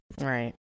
Right